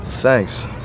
Thanks